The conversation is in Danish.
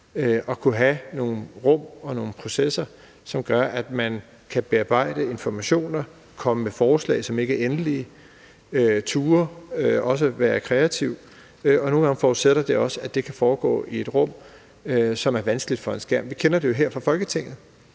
og have nogle rum og nogle processer, som gør, at man kan bearbejde informationer, komme med forslag, som ikke er endelige, og også turde være kreativ. Nogle gange forudsætter det også, at det kan foregå i et rum, som er vanskeligt at følge fra en skærm. Vi kender det her fra Folketinget,